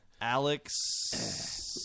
Alex